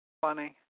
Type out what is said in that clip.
Funny